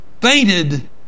fainted